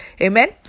Amen